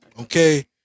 okay